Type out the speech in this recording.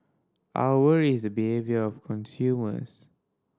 our worry is behaviour of consumers